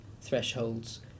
thresholds